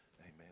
Amen